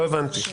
לא הבנתי.